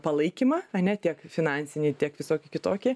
palaikymą ane tiek finansiniai tiek visokie kitokie